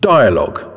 Dialogue